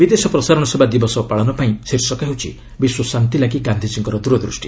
ବିଦେଶ ପ୍ରସାରଣ ସେବା ଦିବସ ପାଳନ ପାଇଁ ଶୀର୍ଷକ ହେଉଛି 'ବିଶ୍ୱ ଶାନ୍ତି ପାଇଁ ଗାନ୍ଧିଜୀଙ୍କ ଦୂରଦୃଷ୍ଟି